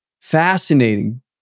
Fascinating